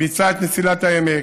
ביצעה את מסילת העמק,